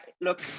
look